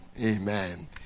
Amen